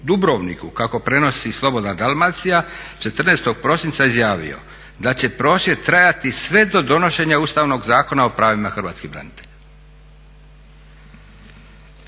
Dubrovniku kako prenosi Slobodna Dalmacija 14. prosinca izjavio da će prosvjed trajati sve do donošenja Ustavnog zakona o pravima hrvatskih branitelja.